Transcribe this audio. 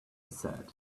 said